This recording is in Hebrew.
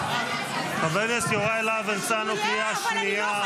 חבר הכנסת יוראי להב הרצנו, קריאה שנייה.